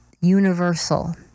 universal